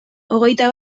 hogeita